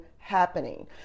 Happening